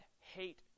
hate